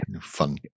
Fun